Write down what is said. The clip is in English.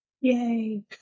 yay